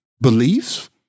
beliefs